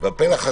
הפלח השלישי,